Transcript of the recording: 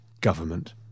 government